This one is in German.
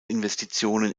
investitionen